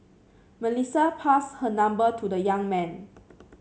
Melissa passed her number to the young man